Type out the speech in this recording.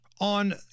on